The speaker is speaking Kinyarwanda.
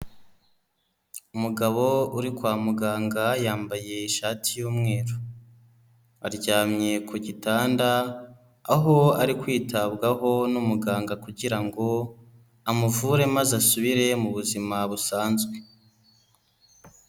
Umugabo uri kwa muganga, yambaye ishati y'umweru, aryamye ku gitanda aho ari kwitabwaho n'umuganga kugira ngo amuvure maze asubire mu buzima busanzwe.